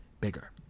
bigger